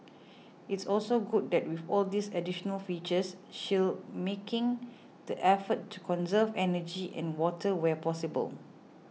it's also good that with all these additional features Shell's making the effort to conserve energy and water where possible